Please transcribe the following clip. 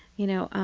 you know,